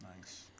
Nice